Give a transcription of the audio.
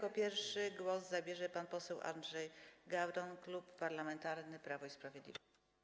Jako pierwszy głos zabierze pan poseł Andrzej Gawron, Klub Parlamentarny Prawo i Sprawiedliwość.